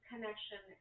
connection